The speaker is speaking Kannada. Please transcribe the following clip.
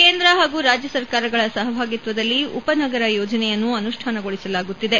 ಕೇಂದ್ರ ಹಾಗೂ ರಾಜ್ಯ ಸರ್ಕಾರಗಳ ಸಹಭಾಗಿತ್ವದಲ್ಲಿ ಉಪ ನಗರ ಯೋಜನೆಯನ್ನು ಅನುಷ್ಠಾನಗೊಳಿಸಲಾಗುತ್ತಿದೆ